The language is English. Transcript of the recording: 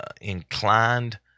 inclined